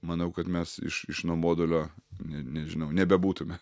manau kad mes iš iš nuobodulio ni nežinau nebebūtume